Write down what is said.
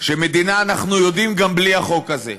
שמדינה אנחנו יודעים גם בלי החוק הזה,